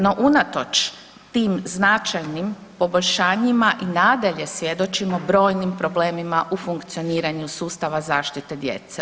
No unatoč tim značajnim poboljšanjima i nadalje svjedočimo brojnim problemima u funkcioniranju sustava zaštite djece.